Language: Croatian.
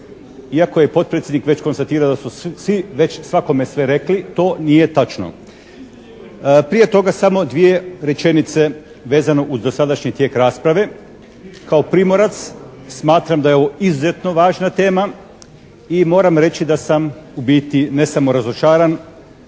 iako je potpredsjednik već konstatirao da su svi već svakome sve rekli, to nije točno. Prije toga samo dvije rečenice vezano uz dosadašnji tijek rasprave. Kao Primorac smatram da je ovo izuzetno važna tema i moram reći da sam u biti ne samo razočaran